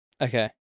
Okay